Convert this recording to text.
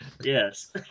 Yes